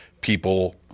people